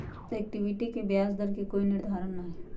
equity के ब्याज दर के कोई निर्धारण ना हई